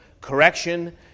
correction